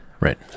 Right